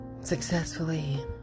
successfully